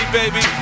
baby